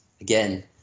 again